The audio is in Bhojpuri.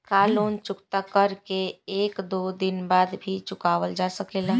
का लोन चुकता कर के एक दो दिन बाद भी चुकावल जा सकेला?